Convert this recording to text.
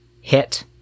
HIT